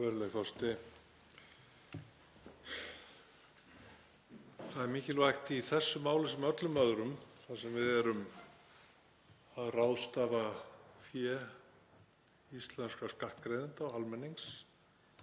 Það er mikilvægt í þessu máli, sem öllum öðrum þar sem við erum að ráðstafa fé íslenskra skattgreiðenda og almennings,